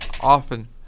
often